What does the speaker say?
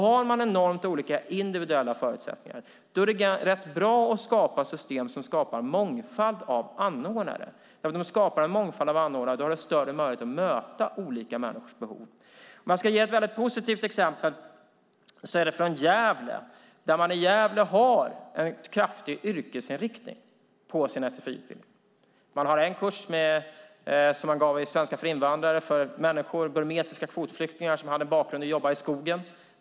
Har man enormt olika individuella förutsättningar är det rätt bra att skapa system som ger en mångfald anordnare. Med en mångfald anordnare har du större möjligheter att möta olika människors behov. Låt mig ge ett mycket positivt exempel från Gävle. Där har man en kraftig yrkesinriktning på sin sfi-utbildning. Man har en kurs i svenska för invandrare för burmesiska kvotflyktingar som har en bakgrund i att jobba i skogen.